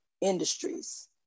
industries